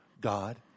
God